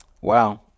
Wow